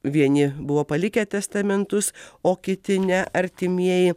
vieni buvo palikę testamentus o kiti ne artimieji